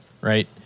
right